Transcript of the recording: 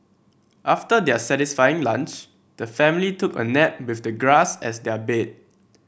after their satisfying lunch the family took a nap with the grass as their bed